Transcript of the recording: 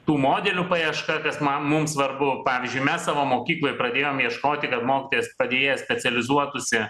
tų modelių paieška kas ma mums svarbu pavyzdžiui mes savo mokykloj pradėjom ieškoti kad mokytojas padėjėjas specializuotųsi